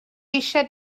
eisiau